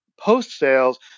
post-sales